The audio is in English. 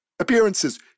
appearances